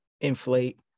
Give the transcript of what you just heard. inflate